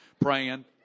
praying